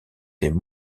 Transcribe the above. des